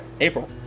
april